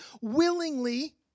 willingly